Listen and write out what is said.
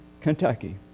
Kentucky